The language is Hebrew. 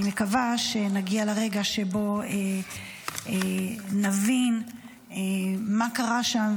אני מקווה שנגיע לרגע שבו נבין מה קרה שם,